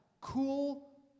cool